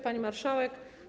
Pani Marszałek!